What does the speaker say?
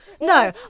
No